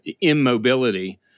immobility